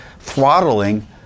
throttling